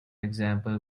example